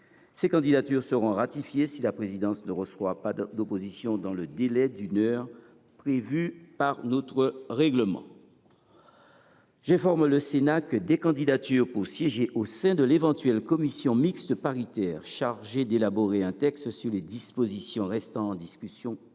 Ces candidatures seront ratifiées si la présidence ne reçoit pas d’opposition dans le délai d’une heure prévu par notre règlement. J’informe le Sénat que des candidatures pour siéger au sein de l’éventuelle commission mixte paritaire chargée d’élaborer un texte sur les dispositions restant en discussion de